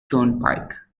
turnpike